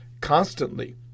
constantly